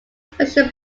special